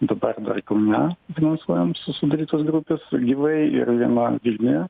dabar dar kaune finansuojam su sudarytos grupės gyvai ir viena vilniuje